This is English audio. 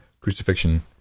crucifixion